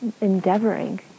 endeavoring